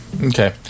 Okay